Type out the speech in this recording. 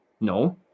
No